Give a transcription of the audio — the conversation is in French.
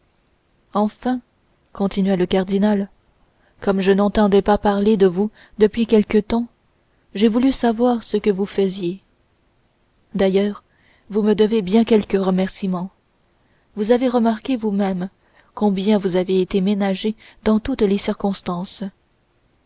enfin continua le cardinal comme je n'entendais pas parler de vous depuis quelque temps j'ai voulu savoir ce que vous faisiez d'ailleurs vous me devez bien quelque remerciement vous avez remarqué vous-même combien vous avez été ménagé dans toutes les circonstances